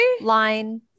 line